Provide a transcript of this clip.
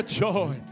joy